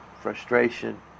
frustration